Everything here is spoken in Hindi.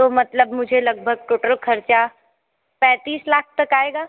तो मतलब मुझे लगभग टोटल खर्चा पैंतीस लाख तक आएगा